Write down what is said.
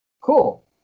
Cool